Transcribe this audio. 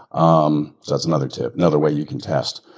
um that's another tip. another way you can test.